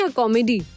comedy